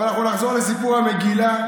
אבל אנחנו נחזור לסיפור המגילה.